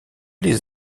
les